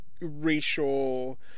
racial